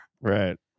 Right